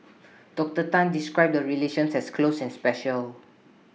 Doctor Tan described the relations has close and special